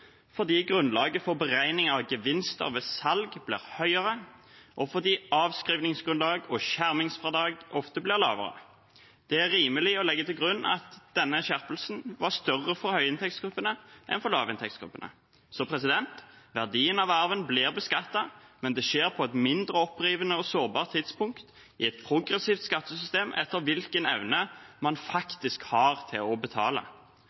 fordi grunnlaget for beregning av gevinster ved salg blir høyere, og fordi avskrivningsgrunnlag og skjermingsfradrag ofte blir lavere. Det er rimelig å legge til grunn at denne skjerpelsen var større for høyinntektsgruppene enn for lavinntektsgruppene. Verdien av arven blir beskattet, men det skjer på et mindre opprivende og sårbart tidspunkt og i et progressivt skattesystem etter hvilken evne man faktisk har til å betale.